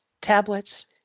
tablets